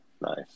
nice